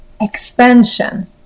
expansion